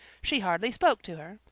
she hardly spoke to her,